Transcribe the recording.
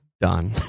done